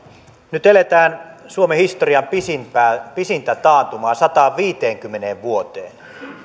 nyt eletään suomen historian pisintä taantumaa sataanviiteenkymmeneen vuoteen